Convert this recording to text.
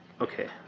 Okay